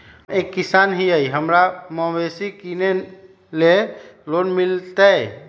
हम एक किसान हिए हमरा मवेसी किनैले लोन मिलतै?